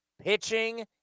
Pitching